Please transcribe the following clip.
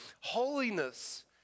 Holiness